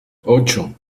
ocho